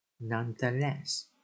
Nonetheless